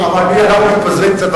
אבל אנחנו מתפזרים קצת,